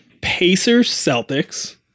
Pacers-Celtics